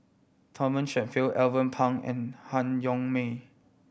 Thomas Shelford Alvin Pang and Han Yong May